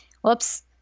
whoops